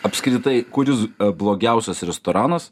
apskritai kuris blogiausias restoranas